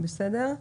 בסדר.